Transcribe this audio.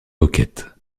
coquette